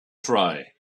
try